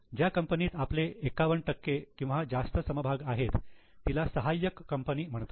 ज्या कंपनीत आपले 51 किंवा जास्त समभाग आहेत तिला सहाय्यक कंपनी म्हणतात